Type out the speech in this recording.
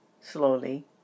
slowly